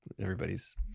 everybody's